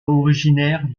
originaire